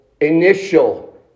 initial